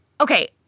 Okay